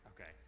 Okay